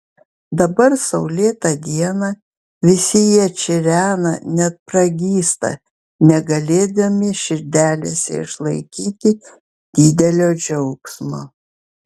dabar saulėtą dieną visi jie čirena net pragysta negalėdami širdelėse išlaikyti didelio džiaugsmo